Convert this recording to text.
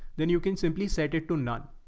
then you can simply set it to none.